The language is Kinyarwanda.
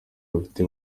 rufite